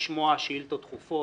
לשמוע שאילתות דחופות,